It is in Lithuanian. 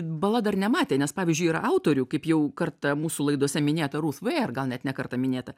bala dar nematė nes pavyzdžiui yra autorių kaip jau kartą mūsų laidose minėta ruf vear gal net ne kartą minėta